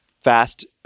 fast